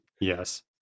Yes